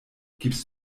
gibst